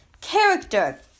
character